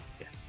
Yes